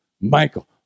Michael